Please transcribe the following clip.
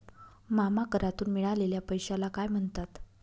मामा करातून मिळालेल्या पैशाला काय म्हणतात?